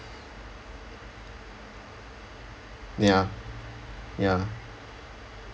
ya ya